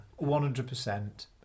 100